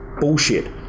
bullshit